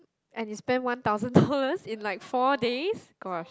and you spend one thousand dollars in like four days gosh